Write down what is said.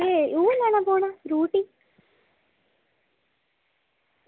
भी इंया जाना पौना ड्यूटी